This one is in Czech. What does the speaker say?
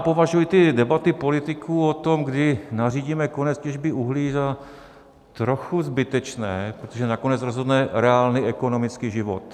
Považuji debaty politiků o tom, kdy nařídíme konec těžby uhlí, za trochu zbytečné, protože nakonec rozhodne reálný ekonomický život.